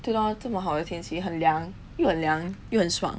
对 lor 这么好的天气很凉又很凉又很爽